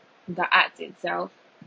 the arts itself